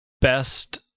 best